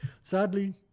Sadly